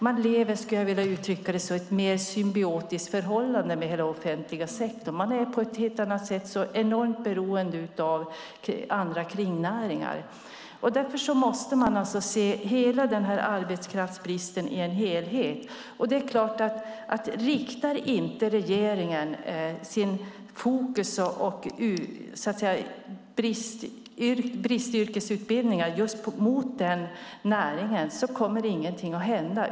Man lever i ett mer symbiotiskt förhållande med hela offentliga sektorn. Man är på ett helt annat sätt så enormt beroende av andra kringnäringar. Därför måste arbetskraftsbristen ses i en helhet. Om inte regeringen riktar sin fokus och utbildningar i yrken där det är brist på arbetskraft mot den näringen kommer ingenting att hända.